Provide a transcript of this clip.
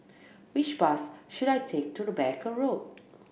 which bus should I take to Rebecca Road